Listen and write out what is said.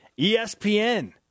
ESPN